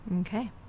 Okay